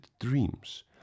dreams